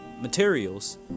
materials